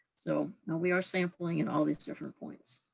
so, know we are sampling and all these different points.